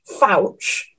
Fouch